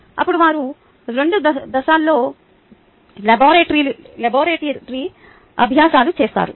అప్పుడు వారు 2 దశల్లో లాబరేటరీ అభ్యాసాలు చేస్తారు